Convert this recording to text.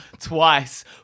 twice